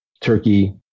turkey